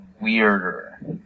weirder